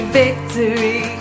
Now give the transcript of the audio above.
victory